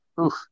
oof